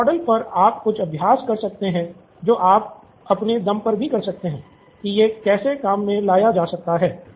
इस मॉडल पर आप कुछ अभ्यास कर सकते हैं जो आप अपने दम पर भी कर सकते हैं कि यह कैसे काम लाया जा सकता है